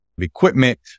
equipment